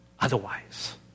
otherwise